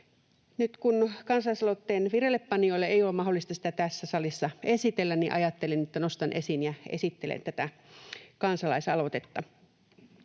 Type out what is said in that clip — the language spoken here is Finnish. Nyt kun kansalaisaloitteen vireillepanijoiden ei ole mahdollista sitä tässä salissa esitellä, ajattelin, että nostan esiin ja esittelen tätä kansalaisaloitetta: